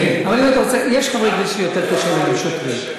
כן, יש חברי כנסת שיותר קשה להם מלשוטרים.